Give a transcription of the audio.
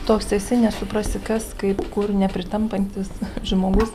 toks esi nesuprasi kas kaip kur nepritampantis žmogus